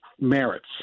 merits